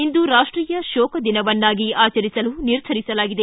ಇಂದು ರಾಷ್ಷೀಯ ಶೋಕ ದಿನವನ್ನಾಗಿ ಆಚರಿಸಲು ನಿರ್ಧರಿಸಲಾಗಿದೆ